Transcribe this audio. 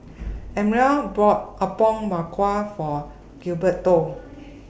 Elmyra bought Apom Berkuah For Gilberto